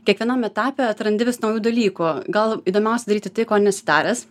kiekvienam etape atrandi vis naujų dalykų gal įdomiausia daryti tai ko nesi daręs